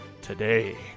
today